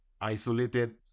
isolated